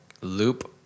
loop